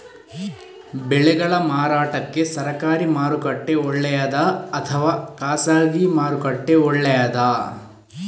ಬೆಳೆಗಳ ಮಾರಾಟಕ್ಕೆ ಸರಕಾರಿ ಮಾರುಕಟ್ಟೆ ಒಳ್ಳೆಯದಾ ಅಥವಾ ಖಾಸಗಿ ಮಾರುಕಟ್ಟೆ ಒಳ್ಳೆಯದಾ